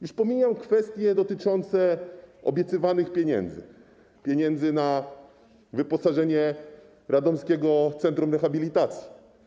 Już pomijam kwestie dotyczące obiecywanych pieniędzy, pieniędzy na wyposażenie radomskiego Centrum Rehabilitacji.